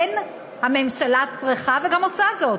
כן, הממשלה צריכה, וגם עושה זאת.